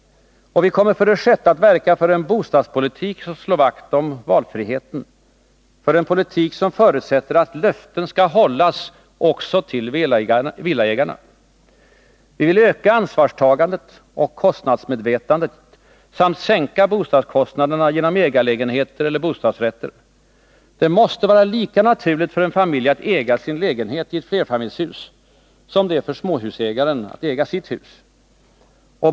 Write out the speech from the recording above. Vi kommer för det sjätte att verka för en bostadspolitik som slår vakt om valfriheten, för en politik som förutsätter att löften skall hållas också till villaägarna. Vi vill öka ansvarstagandet och kostnadsmedvetandet samt sänka bostadskostnaderna genom ägarlägenheter eller bostadsrätter. Det måste vara lika naturligt för en familj att äga sin lägenhet i ett flerfamiljshus som för den småhusboende att äga sitt hus.